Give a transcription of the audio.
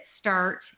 start